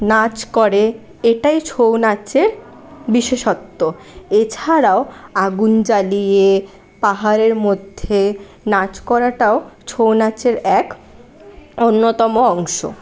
নাচ করে এটাই ছৌ নাচের বিশেষত্ব এছাড়াও আগুন জ্বালিয়ে পাহাড়ের মধ্যে নাচ করাটাও ছৌ নাচের এক অন্যতম অংশ